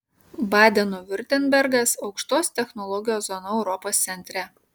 badeno viurtembergas aukštos technologijos zona europos centre